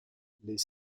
les